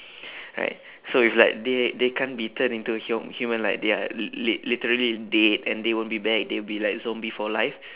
right so if like they they can't be turned into a hum~ human like they are l~ lit~ literally dead and they won't be back they will be like zombie for life